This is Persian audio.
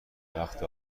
وقت